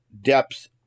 depth